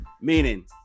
Meaning